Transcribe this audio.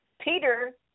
Peter